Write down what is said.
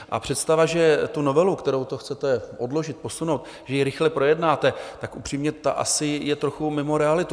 A představa, že tu novelu, kterou chcete odložit, posunout, rychle projednáte, je upřímně asi trochu mimo realitu.